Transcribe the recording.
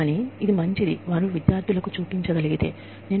కానీ నేను ఏమి మాట్లాడుతున్నానో వారు విద్యార్థులకు చూపించగలిగితే మంచిది